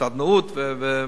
לסדנאות ולהשמנה.